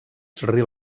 sri